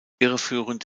irreführend